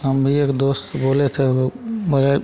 हम एक दोस्त बोले थे वह बगैर